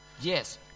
Yes